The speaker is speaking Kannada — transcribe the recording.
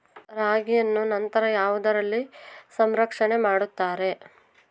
ರಾಗಿಯನ್ನು ನಂತರ ಯಾವುದರಲ್ಲಿ ಸಂರಕ್ಷಣೆ ಮಾಡುತ್ತಾರೆ?